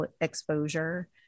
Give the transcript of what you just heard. exposure